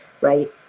right